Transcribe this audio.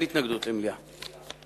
אין התנגדות למליאה.